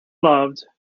loved